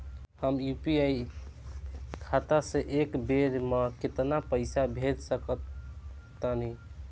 हम यू.पी.आई खाता से एक बेर म केतना पइसा भेज सकऽ तानि?